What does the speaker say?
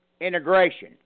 integration